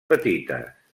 petites